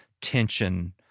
tension